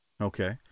Okay